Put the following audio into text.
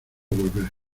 volver